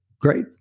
great